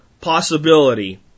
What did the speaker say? possibility